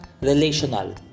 relational